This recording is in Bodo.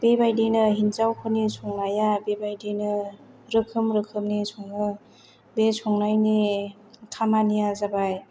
बेबायदिनो हिन्जावफोरनि संनाया बेबायदिनो रोखोम रोखोमनि सङो बे संनायनि खामानिया जाबाय